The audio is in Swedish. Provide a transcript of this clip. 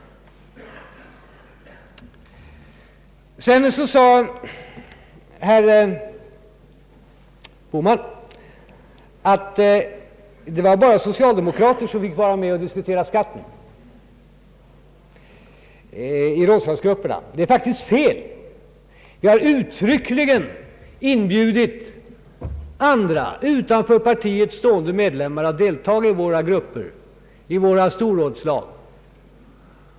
Sedan sade herr Bohman att det var bara socialdemokrater som fick vara med och diskutera skatten i Rådslagsgrupperna. Det är faktiskt fel. Vi har uttryckligen inbjudit andra, utanför partiet stående medlemmar att delta i våra grupper och Storrådslag.